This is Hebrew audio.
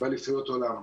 באליפויות עולם.